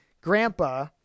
grandpa